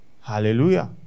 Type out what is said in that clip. Hallelujah